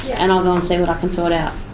and i'll go and see what i can sort out.